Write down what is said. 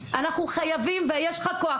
אדוני היושב-ראש, יש לך כוח,